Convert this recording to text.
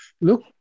Look